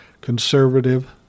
conservative